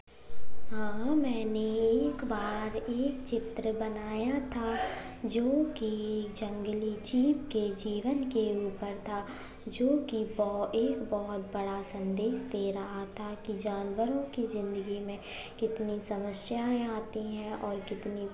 हाँ मैंने एक बार एक चित्र बनाया था जो की जंगली जीव के जीवन के ऊपर था जो की वह एक बहुत बड़ा संदेश दे रहा था की जानवरों की ज़िन्दगी में कितनी समस्याएँ आती हैं और कितनी